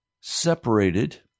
Separated